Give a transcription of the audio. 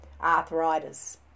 arthritis